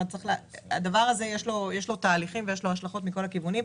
לדבר הזה יש תהליכים והשלכות מכל הכיוונים.